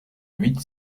huit